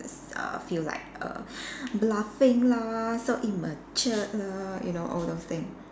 err feel like err bluffing lah so immature lah you know all those thing